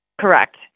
Correct